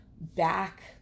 back